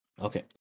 Okay